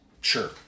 Sure